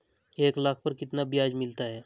एक लाख पर कितना ब्याज मिलता है?